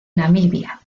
namibia